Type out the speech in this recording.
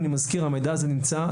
אני מזכיר שהמידע הזה נמצא,